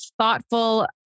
thoughtful